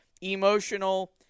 emotional